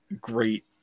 great